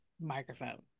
microphone